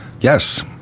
Yes